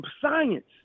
science